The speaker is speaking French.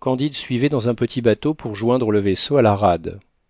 candide suivait dans un petit bateau pour joindre le vaisseau à la rade